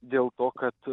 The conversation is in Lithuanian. dėl to kad